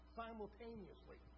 simultaneously